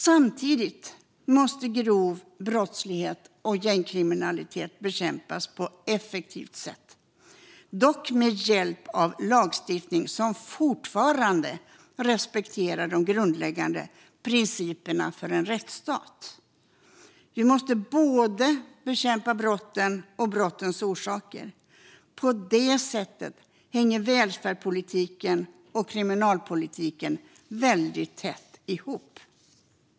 Samtidigt måste grov brottslighet och gängkriminalitet bekämpas på ett effektivt sätt, dock med hjälp av lagstiftning som fortfarande respekterar de grundläggande principerna för en rättsstat. Vi måste bekämpa både brotten och brottens orsaker. På det sättet hänger välfärdspolitiken och kriminalpolitiken väldigt tätt ihop.